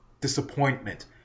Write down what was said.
disappointment